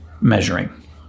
measuring